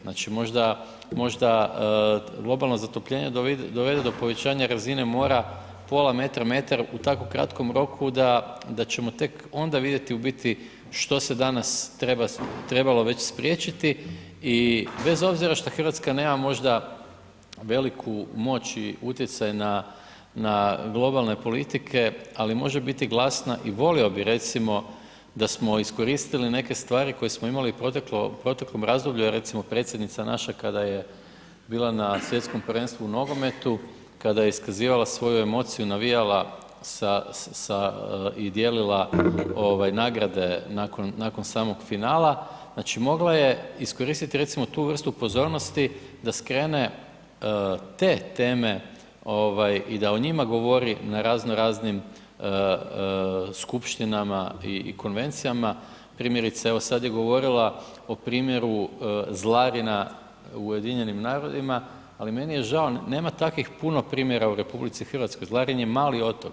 Znači, možda globalno zatopljenje dovede do povećanja razine mora pola metra, metar u tako kratkom roku da ćemo tek onda vidjeti u biti što se danas trebalo već spriječiti i bez obzira što RH nema možda veliku moć i utjecaj na globalne politike, ali može biti glasna i volio bi recimo da smo iskoristili neke stvari koje smo imali u proteklom razdoblju, recimo predsjednica naša kada je bila na Svjetskom prvenstvu u nogometu, kada je iskazivala svoju emociju, navijala i dijelila nagrade nakon samog finala, znači mogla je iskoristiti recimo tu vrstu pozornosti da skrene te teme i da o njima govori na razno raznim skupštinama i konvencijama, primjerice evo sad je govorila o primjeru Zlarina u Ujedinjenim Narodima, ali meni je žao, nema takvih puno primjera u RH, Zlarin je mali otok.